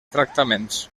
tractaments